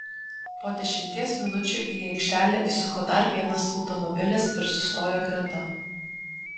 po dešimties minučių į aikštelę įsuko dar vienas automobilis ir sustojo greta